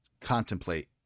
contemplate